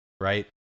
right